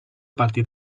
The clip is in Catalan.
partir